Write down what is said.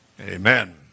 Amen